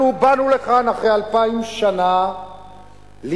אנחנו באנו לכאן אחרי אלפיים שנה לבנות.